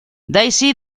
daisy